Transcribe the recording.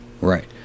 Right